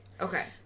Okay